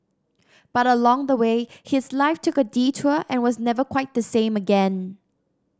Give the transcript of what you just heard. but along the way his life took a detour and was never quite the same again